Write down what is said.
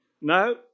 No